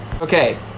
Okay